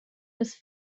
las